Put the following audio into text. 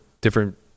different